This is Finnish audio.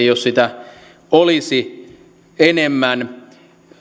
jos sitä olisi enemmän